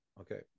Okay